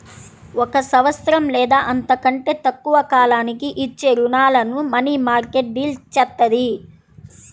ఒక సంవత్సరం లేదా అంతకంటే తక్కువ కాలానికి ఇచ్చే రుణాలను మనీమార్కెట్ డీల్ చేత్తది